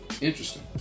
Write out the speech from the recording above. Interesting